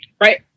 right